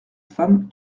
femme